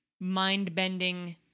mind-bending